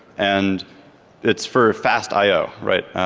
and it's for fast io, right?